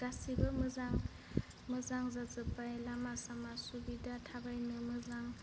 गासिबो मोजां मोजां जाजोब्बाय लामा सामा सुबिदा थाबायनो मोजां